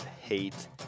hate